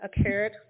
occurred